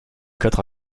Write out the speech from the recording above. quatre